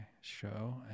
show